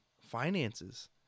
finances